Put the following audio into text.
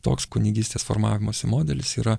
toks kunigystės formavimosi modelis yra